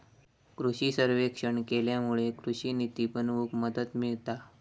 कृषि सर्वेक्षण केल्यामुळे कृषि निती बनवूक मदत मिळता